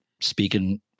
speaking